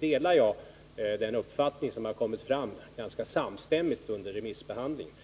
delar den uppfattning som har kommit fram ganska samstämmigt under remissbehandlingen.